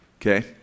okay